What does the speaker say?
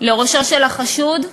לראשו של החשוד,